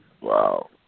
Wow